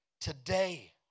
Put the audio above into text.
today